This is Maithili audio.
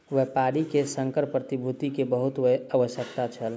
व्यापारी के संकर प्रतिभूति के बहुत आवश्यकता छल